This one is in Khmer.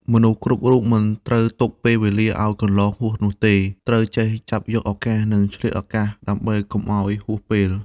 មនុស្សគ្រប់រូបមិនត្រូវទុកពេលវេលាឲ្យកន្លងហួសនោះទេ ត្រូវចេះចាប់យកឱកាស និងឆ្លៀតឱកាស ដើម្បីកុំឲ្យហួសពេល។